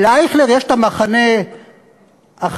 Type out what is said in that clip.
לאייכלר יש את "המחנה החרדי",